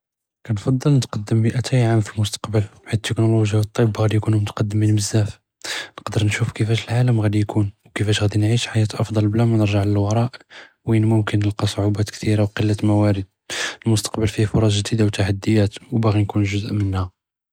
כנפצ׳ל נתקדם מאתי עאם פי אלמוסטקבל חית אלטכנולוגיה ו אלطب ג׳אדי יכּונו מתקדמין בזיאף, נקדאר נשרף כיפאש אלאעלם ג׳אדי יכּון ו כיפאש ג׳אדי נعيش חיאא אחל מבלי נרג׳ע ל־לוואראא וין מומכן נלכי צעות כתרה וכלת עֻוואמר, אלמוסטקבל פייו פורס ג׳דידה ו תהדיאת ו בּאגי נكون גזء ממנה.